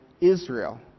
Israel